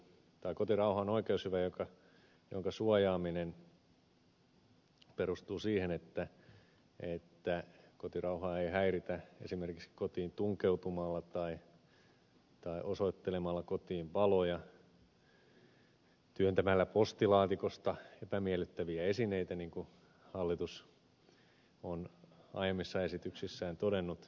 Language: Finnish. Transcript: kotirauha on oikeushyvä jonka suojaaminen perustuu siihen että kotirauhaa ei häiritä esimerkiksi kotiin tunkeutumalla tai osoittelemalla kotiin valoja työntämällä postilaatikosta epämiellyttäviä esineitä niin kuin hallitus on aiemmissa esityksissään todennut